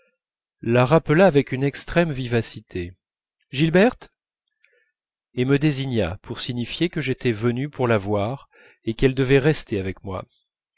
la rappela avec une extrême vivacité gilberte et me désigna pour signifier que j'étais venu pour la voir qu'elle devait rester avec moi